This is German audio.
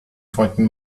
freunden